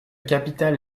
capitale